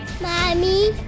Mommy